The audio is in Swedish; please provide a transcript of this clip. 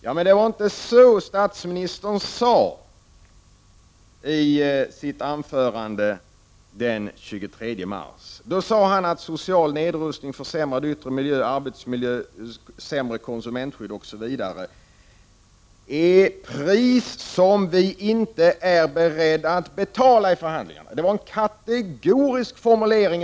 Ja, men det var inteså. statsministern sade i sitt anförande den 23 mars. Då sade statsministern att social nedrustning, försämrad yttre miljö eller arbetsmiljö, sämre konsumentskydd osv. är ett pris som vi inte är beredda att betala i förhandlingarna. Den här formuleringen från i mars är en kategorisk formulering.